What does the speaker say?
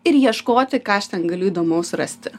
ir ieškoti ką aš ten galiu įdomaus rasti